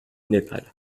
népal